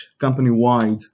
company-wide